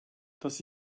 das